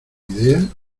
idea